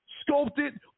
sculpted